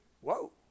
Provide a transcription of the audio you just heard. Whoa